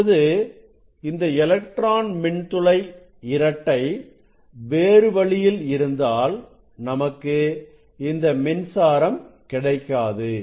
இப்பொழுது இந்த எலக்ட்ரான் மின்துளை இரட்டை வேறு வழியில் இருந்தால் நமக்கு இந்த மின்சாரம் கிடைக்காது